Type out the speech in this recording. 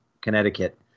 Connecticut